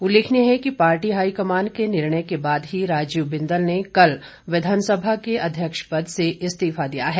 उल्लेखनीय है कि पार्टी हाईकमान के निर्णय के बाद ही राजीव बिंदल ने कल विधानसभा के अध्यक्ष पद से इस्तीफा दिया है